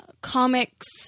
comics